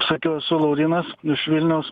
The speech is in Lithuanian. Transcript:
sakiau esu laurynas iš vilniaus